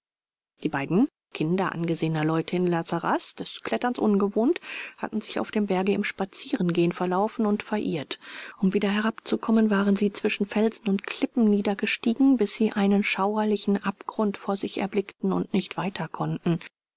die beiden kinder angesehener leute in la sarraz des kletterns ungewohnt hatten sich auf dem berge im spazierengehen verlaufen und verirrt um wieder herabzukommen waren sie zwischen felsen und klippen niedergestiegen bis sie einen schauerlichen abgrund vor sich erblickten und nicht weiter konnten